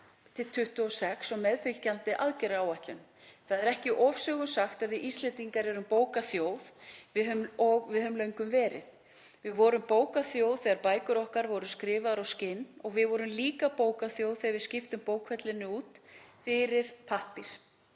2023–2026 og meðfylgjandi aðgerðaáætlun. Það er ekki ofsögum sagt að við Íslendingar séum bókaþjóð. Það höfum við löngum verið. Við vorum bókaþjóð þegar bækur okkar voru skrifaðar á skinn og við vorum líka bókaþjóð þegar við skiptum bókfellinu út fyrir pappír.